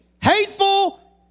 hateful